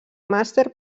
màster